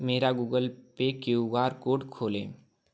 मेरा Google Pay Q R code खोलें